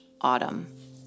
autumn